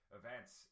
events